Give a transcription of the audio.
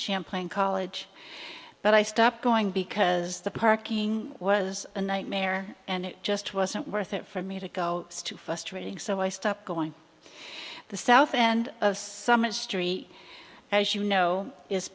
champlain college but i stopped going because the parking was a nightmare and it just wasn't worth it for me to go too frustrating so i stopped going to the south and some mystery as you know is